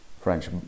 French